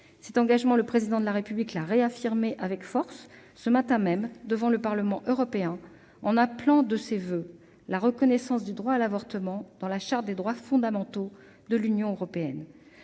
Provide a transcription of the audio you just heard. Cet engagement, le Président de la République l'a réaffirmé avec force ce matin même, devant le Parlement européen, en appelant de ses voeux la reconnaissance du droit à l'avortement dans la Charte des droits fondamentaux de l'Union européenne.